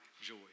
joy